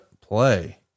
play